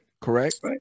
Correct